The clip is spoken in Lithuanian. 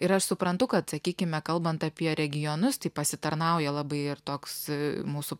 ir aš suprantu kad sakykime kalbant apie regionus tai pasitarnauja labai ir toks mūsų